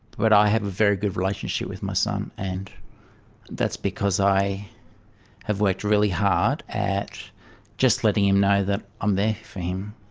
but i have a very good relationship with my son and that's because i have worked really hard at just letting him know that i'm there for him.